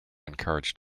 encouraged